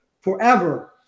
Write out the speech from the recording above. forever